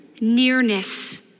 nearness